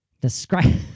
Describe